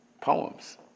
poems